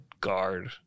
guard